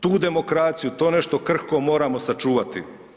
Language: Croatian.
Tu demokraciju, to nešto krhko moramo sačuvati.